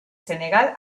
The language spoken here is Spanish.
senegal